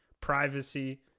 privacy